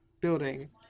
building